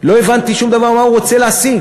לא הבנתי שום דבר מה הוא רוצה להשיג.